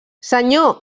senyor